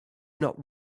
not